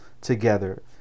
together